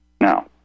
Now